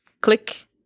click